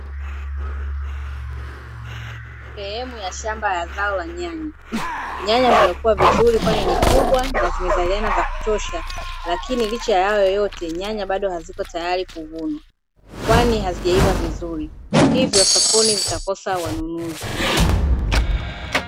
Sehemu ya shamba la zao la nyanya. Nyanya zimekua vizuri, kwani ni kubwa na zimezaliana za kutosha, lakini licha ya hayo yote nyanya bado haziko tayari kuvunwa, kwani hazijaiva vizuri, hivyo sokoni zitakosa wanunuzi.